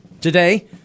Today